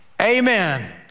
amen